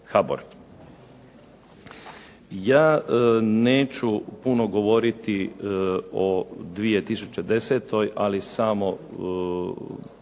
Ja neću puno govoriti o 2010., ali samo